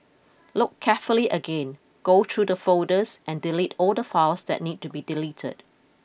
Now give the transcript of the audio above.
look carefully again go through the folders and delete all the files that need to be deleted